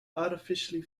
artificially